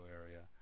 area